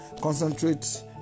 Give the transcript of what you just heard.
concentrate